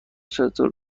چطور